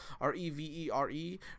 R-E-V-E-R-E